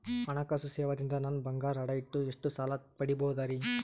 ಹಣಕಾಸು ಸೇವಾ ದಿಂದ ನನ್ ಬಂಗಾರ ಅಡಾ ಇಟ್ಟು ಎಷ್ಟ ಸಾಲ ಪಡಿಬೋದರಿ?